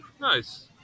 Nice